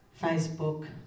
Facebook